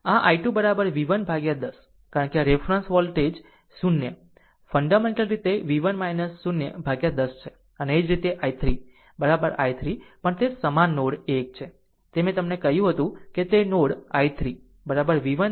આમ i2 v1 ભાગ્યા 10 કારણ કે રેફરન્સ વોલ્ટેજ 0 ફન્ડામેન્ટલ રીતેv1 0 by 10 છે અને તે જ રીતે i3 i3 પણ તે સમાન નોડ 1 છે તે મેં તમને કહ્યું હતું કે તે node i3 also v1 0 v1 ભાગ્યા 40 છે